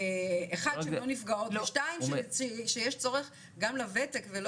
שהן לא נפגעות וגם שיש צורך גם לוותק.